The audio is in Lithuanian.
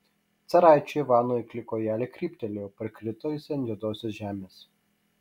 caraičio ivano eikli kojelė kryptelėjo parkrito jis ant juodosios žemės